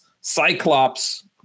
Cyclops